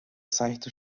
seichte